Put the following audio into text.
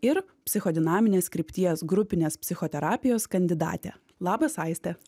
ir psichodinaminės krypties grupinės psichoterapijos kandidatė labas aiste